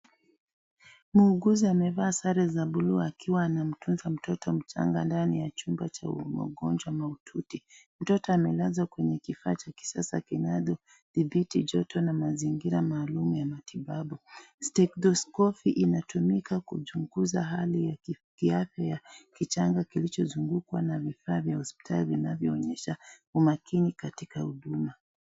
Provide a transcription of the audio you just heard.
Muuguzi amevaa sare za buluu akiwa amamtunza mtoto mchanga ndani ya chumba cha maugonjwa mahutui . Mtoto amelazwa kwenye kifaa cha kisasa kinacho dhibiti joto na mazingira maalum ya matibabu .Stethoskofi inatumika kuchunguza hali ya kiafya ya kichanga kilichozungukwa na vifaa vya hosptali vinavyoonyesha umakini katika huduma .